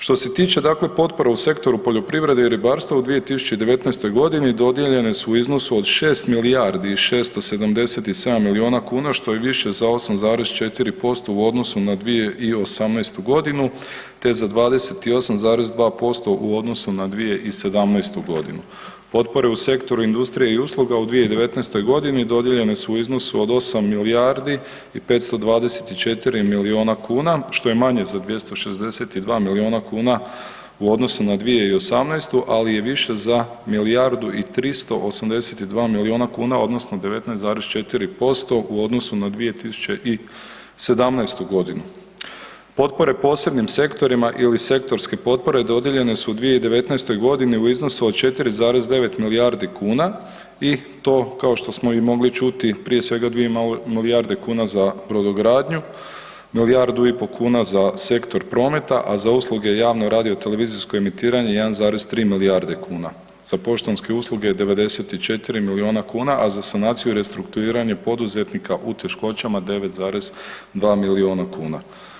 Što se tiče dakle potpora u sektoru poljoprivrede i ribarstva u 2019.g. dodijeljene su u iznosu od 6 milijardi i 677 milijuna kuna, što je više za 8,4% u odnosu na 2018.g., te za 28,2% u odnosu na 2017.g. Potpore u sektoru industrije i usluga u 2019.g. dodijeljene su u iznosu od 8 milijardi i 524 milijuna kuna, što je manje za 262 milijuna kuna u odnosu na 2018., ali je više za milijardu i 382 milijuna kuna odnosno 19,4% u odnosu na 2017.g. Potpore posebnim sektorima ili sektorske potpore dodijeljene su u 2019.g. u iznosu od 4,9 milijardi kuna i to kao što smo i mogli čuti prije svega 2 milijarde kuna za brodogradnju, milijardu i po kuna za sektor prometa, a za usluge javno radio televizijsko emitiranje 1,3 milijarde kuna, za poštanske usluge 94 milijuna kuna, a za sanaciju i restrukturiranje poduzetnika u teškoćama 9,2 milijuna kuna.